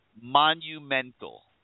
monumental